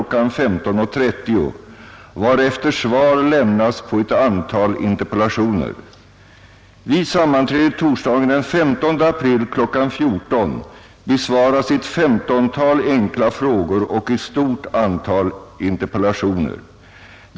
15.30, varefter svar lämnas på ett antal interpellationer. Vid sammanträdet torsdagen den 15 april kl. 14.00 besvaras ett 15-tal enkla frågor och ett stort antal interpellationer.